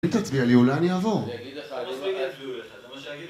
אם תצביע לי אולי אני אעבור, אני יגיד לך...